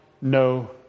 no